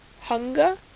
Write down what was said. hunger